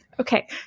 Okay